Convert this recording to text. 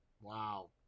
Wow